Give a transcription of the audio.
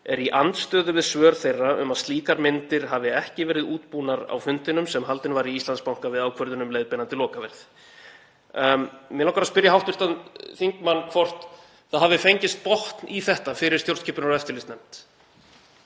er í andstöðu við svör þeirra um að slíkar myndir hafi ekki verið útbúnar á fundinum sem haldinn var í Íslandsbanka við ákvörðun um leiðbeinandi lokaverð. Mig langar að spyrja hv. þingmann hvort það hafi fengist botn í þetta fyrir stjórnskipunar- og eftirlitsnefnd